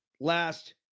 last